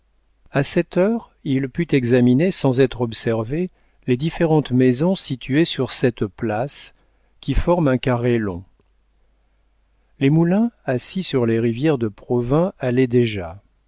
a cette heure il put examiner sans être observé les différentes maisons situées sur cette place qui forme un carré long les moulins assis sur les rivières de provins allaient déjà